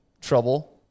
trouble